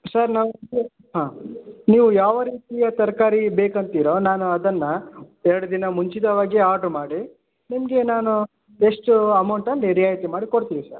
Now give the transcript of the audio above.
sir ನಾವು ಹಾಂ ನೀವು ಯಾವ ರೀತಿಯ ತರಕಾರಿ ಬೇಕಂತೀರೋ ನಾನು ಅದನ್ನು ಎರಡು ದಿನ ಮುಂಚಿತವಾಗಿ ಆರ್ಡ್ರ್ ಮಾಡಿ ನಿಮಗೆ ನಾನು ಎಷ್ಟು ಅಮೌಂಟಲ್ಲಿ ರಿಯಾಯಿತಿ ಮಾಡಿ ಕೊಡ್ತೀವಿ ಸರ್